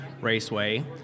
Raceway